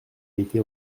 été